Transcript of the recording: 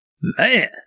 Man